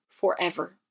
forever